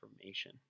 information